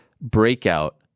Breakout